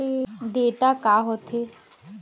Data का होथे?